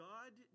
God